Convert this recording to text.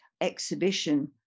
exhibition